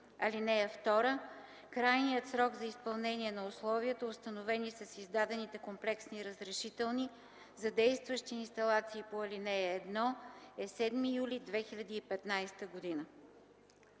г. (2) Крайният срок за изпълнение на условията, установени с издадените комплексни разрешителни за действащи инсталации по ал. 1, е 7 юли 2015 г.”